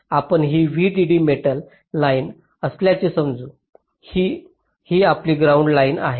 आपण ही VDD metal line असल्याचे समजू ही आपली ग्राउंड लाइन आहे